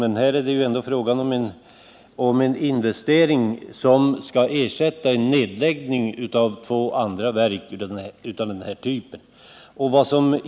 Men här är det ändå fråga om en investering som skall ersätta en nedläggning av två andra verk av samma typ.